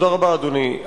תודה רבה, אדוני.